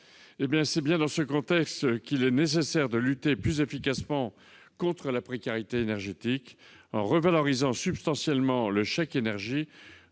Dans ce contexte, il est nécessaire de lutter plus efficacement contre la précarité énergétique en revalorisant substantiellement le chèque énergie,